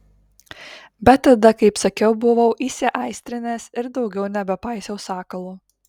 bet tada kaip sakiau buvau įsiaistrinęs ir daugiau nebepaisiau sakalo